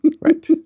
Right